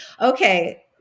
okay